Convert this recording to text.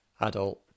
adult